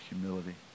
humility